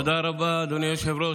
תודה רבה, אדוני היושב-ראש.